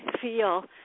feel